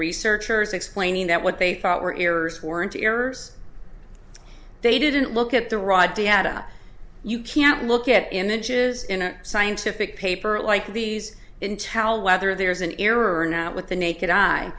researchers explaining that what they thought were errors weren't errors they didn't look at the raw data you can't look at images in a scientific paper like these in tell whether there's an error or not with the naked eye